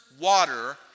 water